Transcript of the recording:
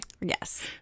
Yes